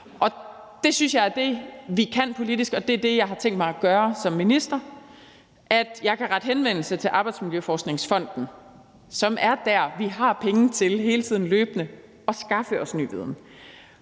torvs, og det er det, vi kan gøre politisk, og det er det, jeg har tænkt mig at gøre som minister. Jeg kan rette henvendelse til Arbejdsmiljøforskningsfonden, hvor det er, vi har penge til hele tiden løbende at skaffe os ny viden,